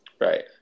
Right